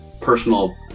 personal